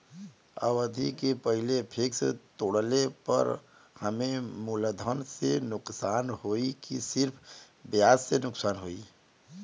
अवधि के पहिले फिक्स तोड़ले पर हम्मे मुलधन से नुकसान होयी की सिर्फ ब्याज से नुकसान होयी?